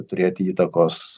turėti įtakos